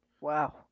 Wow